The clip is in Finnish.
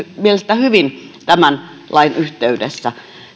mielestä hyvin tämän lain yhteydessä